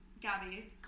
Gabby